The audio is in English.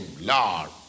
Lord